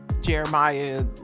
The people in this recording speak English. Jeremiah